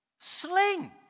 sling